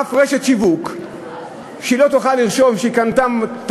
או: אף רשת שיווק לא תוכל לרשום שהיא קנתה את